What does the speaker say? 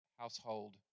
household